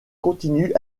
continue